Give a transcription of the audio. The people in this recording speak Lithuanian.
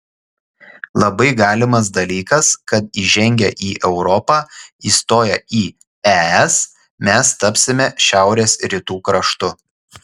labai galimas dalykas kad įžengę į europą įstoję į es mes tapsime šiaurės rytų kraštu